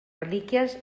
relíquies